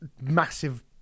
massive